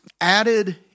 added